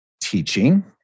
teaching